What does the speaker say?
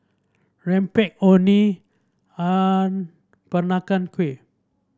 rempeyek Orh Nee and Peranakan Kueh